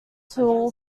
tool